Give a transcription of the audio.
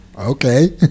okay